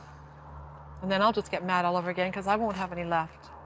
and then i'll just get mad all over again cause i won't have any left.